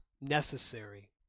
necessary